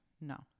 No